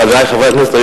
חברי חברי הכנסת,